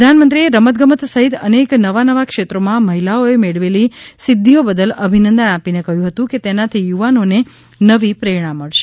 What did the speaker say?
પ્રધાનમંત્રીએ રમતગમત સહિત અનેક નવાં નવાં ક્ષેત્રોમાં મહિલાઓએ મેળવેલી સિધ્ધીઓ બદલ અભિનંદન આપીને કહ્યું હતું કે તેનાથી યુવાનોને નવી પ્રેરણા મળશે